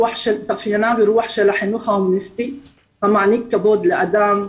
ברוח של החינוך ההומניסטי המעניק כבוד לאדם,